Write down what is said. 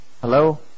Hello